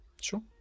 Sure